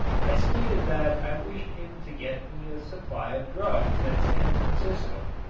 i stated that i wished him to get me a supply of drugs at san francisco,